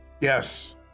Yes